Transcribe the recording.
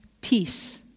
peace